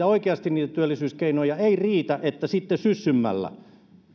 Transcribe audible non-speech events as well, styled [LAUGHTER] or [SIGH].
[UNINTELLIGIBLE] oikeasti niitä työllisyyskeinoja ei riitä että sitten syssymmällä